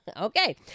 Okay